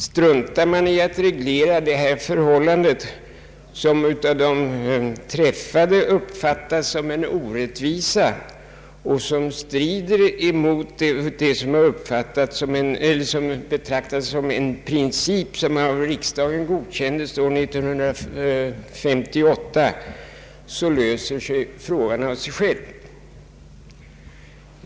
Struntar man i att reglera dessa förhållanden — som av de träffade uppfattas som en orättvisa och som strider mot vad som betraktades som en princip som riksdagen godkände år 1958 — löser sig frågan av sig själv.